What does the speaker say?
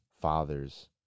fathers